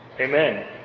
Amen